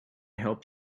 help